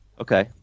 Okay